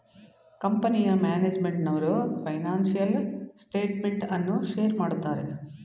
ಕಂಪನಿಯ ಮ್ಯಾನೇಜ್ಮೆಂಟ್ನವರು financial statement ಅನ್ನು ಶೇರ್ ಮಾಡುತ್ತಾರೆ